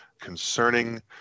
concerning